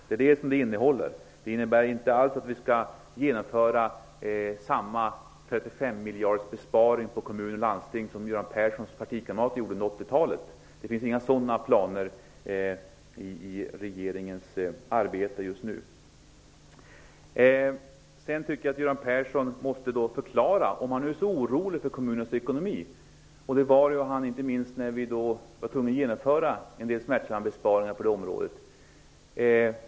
Detta innebär inte alls att vi skall genomföra samma 35-miljardersbesparing på kommuner och landsting som Göran Perssons partikamrater gjorde under 1980-talet. Det finns inga sådana planer i regeringens arbete just nu. Göran Persson måste förklara sig. Han är orolig för kommunernas ekonomi. Det var han inte minst när vi var tvungna att genomföra en del smärtsamma besparingar på det området.